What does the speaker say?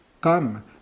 come